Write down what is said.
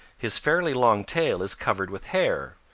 his fairly long tail is covered with hair.